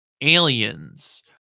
aliens